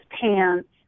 pants